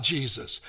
Jesus